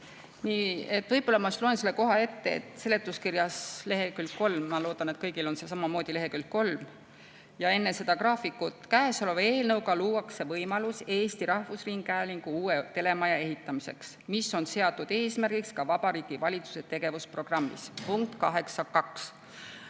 ütles? Võib-olla ma loen selle koha ette, seletuskirjas lehekülg kolm. Ma loodan, et kõigil on see samamoodi leheküljel kolm, enne seda graafikut. "Käesoleva eelnõuga luuakse võimalus Eesti Rahvusringhäälingu uue telemaja ehituseks." See on seatud eesmärgiks ka Vabariigi Valitsuse tegevusprogrammi punktis